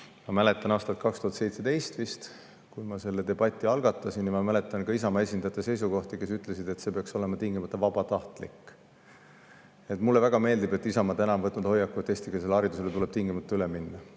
Ma mäletan vist aastat 2017, kui ma selle debati algatasin, ja ma mäletan ka Isamaa esindajate seisukohti, kes siis ütlesid, et see peaks olema tingimata vabatahtlik. Mulle väga meeldib, et Isamaa on nüüd võtnud hoiaku, et eestikeelsele haridusele tuleb tingimata üle minna.